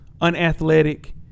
unathletic